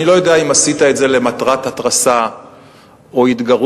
אני לא יודע אם עשית את זה למטרת התרסה או התגרות,